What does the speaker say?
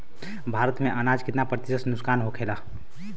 भारत में अनाज कितना प्रतिशत नुकसान होखेला?